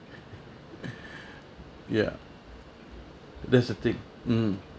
ya that's the thing mm